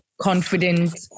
confident